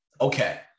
Okay